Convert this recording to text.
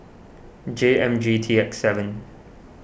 J M G T X seven